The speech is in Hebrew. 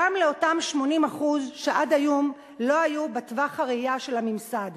גם לאותם 80% שעד היום לא היו בטווח הראייה של הממסד.